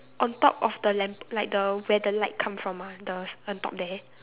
on top of the lamp like the where the light came from ah the on top there